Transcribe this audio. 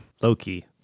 Loki